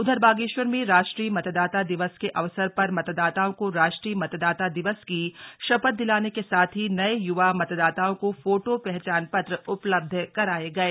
उधर बागेश्वर में राष्ट्रीय मतदाता दिवस के अवसर पर मतदाताओं को राष्ट्रीय मतदाता दिवस की शपथ दिलाने के साथ ही नये युवा मतदाताओं को फोटो पहचान पत्र उपलब्ध कराये गयें